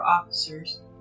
officers